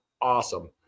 awesome